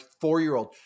four-year-old